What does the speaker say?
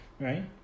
right